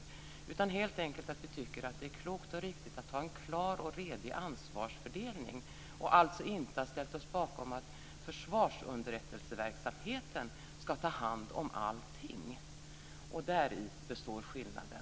Det beror helt enkelt på att vi tycker att det är klokt och riktigt att ha en klar och redig ansvarsfördelning. Vi har alltså inte ställt oss bakom att försvarsunderrättelseverksamheten ska ta hand om allting. Däri består skillnaden.